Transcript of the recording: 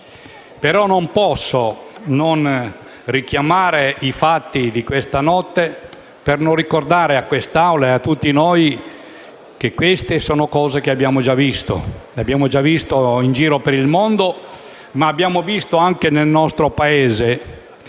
tuttavia, non richiamare i fatti di questa notte e non ricordare a quest'Assemblea e a tutti noi che queste sono cose che abbiamo già visto: le abbiamo già viste in giro per il mondo, ma le abbiamo viste anche nel nostro Paese